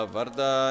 Varda